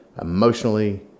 Emotionally